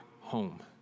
home